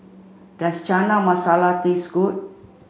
does Chana Masala taste good